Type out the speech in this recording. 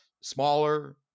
smaller